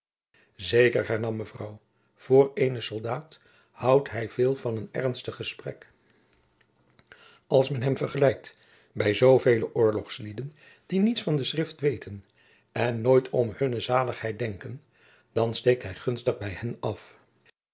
zeker hernam mevrouw voor eenen soldaat houdt hij veel van een ernstig gesprek als men hem vergelijkt bij zoovele oorlogslieden die niets van de schrift weten en nooit om hunne zaligheid denken dan steekt hij gunstig bij hen af